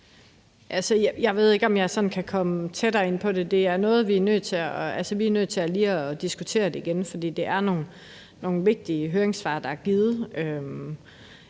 Jeg ved ikke, om jeg sådan kan komme tættere ind på det. Altså, vi er nødt til lige at diskutere det igen. For det er nogle vigtige høringssvar, der er givet.